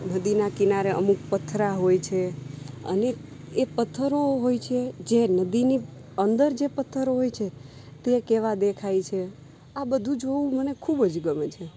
નદીના કિનારે અમુક પથરા હોય છે અને એ પથ્થરો હોય છે જે નદીને અંદર જે પથ્થરો હોય છે તે કેવા દેખાય છે આ બધું જોવું મને ખૂબ જ ગમે છે